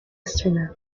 astronaut